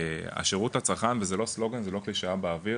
השירות לצרכן וזה לא סלוגן זה לא קלישאה באוויר,